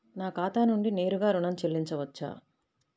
నా ఖాతా నుండి నేరుగా ఋణం చెల్లించవచ్చా?